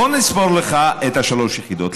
לא נספור לך את שלוש היחידות.